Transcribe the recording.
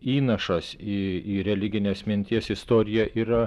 įnašas į į religinės minties istoriją yra